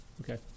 Okay